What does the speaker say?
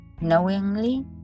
knowingly